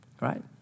right